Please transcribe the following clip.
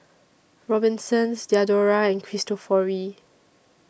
Robinsons Diadora and Cristofori